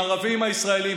הערבים הישראלים,